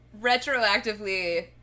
retroactively